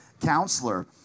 counselor